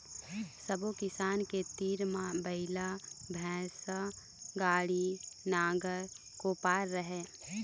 सब्बो किसान के तीर म बइला, भइसा, गाड़ी, नांगर, कोपर राहय